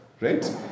right